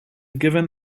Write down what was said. given